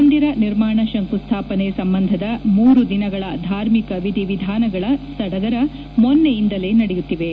ಮಂದಿರ ನಿರ್ಮಾಣ ಶಂಕುಸ್ದಾಪನೆ ಸಂಬಂಧದ ಮೂರು ದಿನಗಳ ಧಾರ್ಮಿಕ ವಿಧಿ ವಿಧಾನಗಳ ಸಡಗರ ಮೊನ್ನೆಯಿಂದಲೇ ನಡೆಯುತ್ತಿವೆ